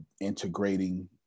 integrating